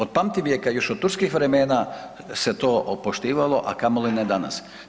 Od pamtivijeka, još od turskih vremena se to poštivalo, a kamoli ne danas.